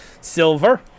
Silver